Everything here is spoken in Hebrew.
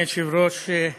אדוני היושב-ראש,